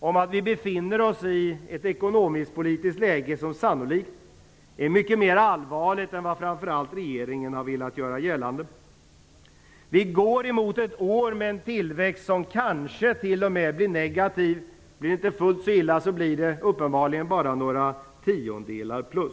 om att vi befinner oss i ett ekonomisk-politiskt läge som sannolikt är mycket mer allvarligt än vad framför allt regeringen har velat göra gällande. Vi går emot ett år med en tillväxt som kanske t.o.m. blir negativ - och blir det inte fullt så illa, så blir det uppenbarligen bara några tiondelar plus.